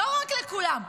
לא רק לכולם.